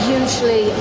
usually